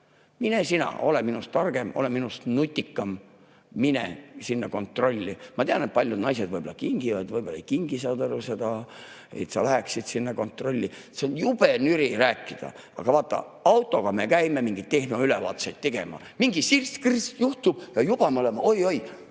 Mine sina, ole minust targem, ole minust nutikam, mine sinna kontrolli. Ma tean, et paljud naised võib-olla kingivad, võib-olla ei kingi, saad aru, seda, et sa läheksid sinna kontrolli. Seda on jube nüri rääkida. Aga vaata, autoga me käime mingeid tehnoülevaatuseid tegemas, mingi sirts-kõrts juhtub ja juba me oleme seal,